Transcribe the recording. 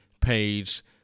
page